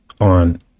on